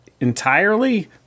Entirely